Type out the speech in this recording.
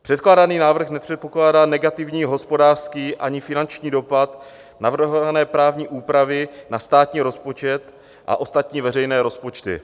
Předkládaný návrh nepředpokládá negativní hospodářský ani finanční dopad navrhované právní úpravy na státní rozpočet a ostatní veřejné rozpočty.